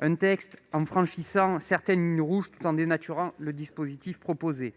le texte, en franchissant certaines lignes rouges et en dénaturant le dispositif proposé.